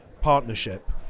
partnership